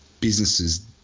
businesses